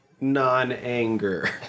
Non-anger